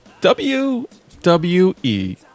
wwe